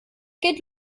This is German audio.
geht